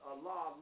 Allah